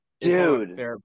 dude